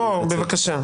בוא, בבקשה.